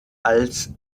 als